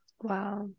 Wow